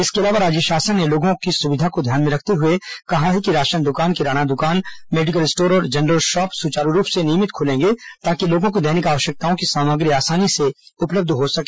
इसके अलावा राज्य शासन ने लोगों की सुविधा को ध्यान में रखते हुए कहा है कि राशन दुकान किराना दुकान मेडिकल स्टोर और जनरल शॉप सुचारू रूप से नियमित खुलेंगे ताकि लोगों को दैनिक आवश्यकताओं की सामग्री आसानी से उपलब्ध हो सके